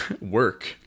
work